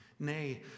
Nay